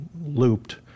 looped